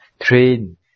train